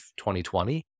2020